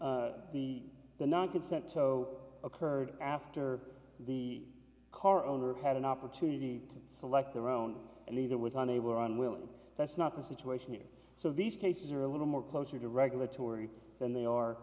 towing the the non consent so occurred after the car owner had an opportunity to select their own leader was unable or unwilling that's not the situation here so these cases are a little more closer to regulatory than they are